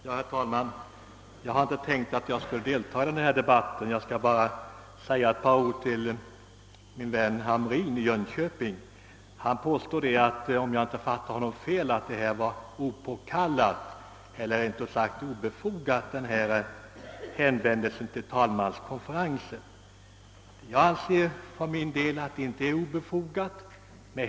Herr talman! Jag hade egentligen inte tänkt delta i debatten. Jag vill emellertid säga ett par ord till min vän Hamrin i Jönköping. Han påstod, om jag inte fattade honom fel, att hänvändelsen till talmanskonferensen var obefogad. Jag anser inte att den var obefogad.